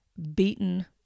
beaten